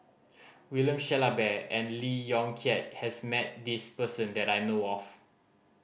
William Shellabear and Lee Yong Kiat has met this person that I know of